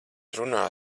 runā